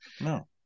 no